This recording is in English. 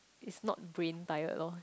it's not brain tired loh